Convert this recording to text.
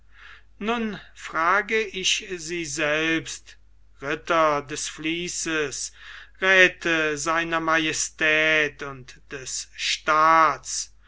nun frage ich sie selbst ritter des vließes räthe sr majestät und des staats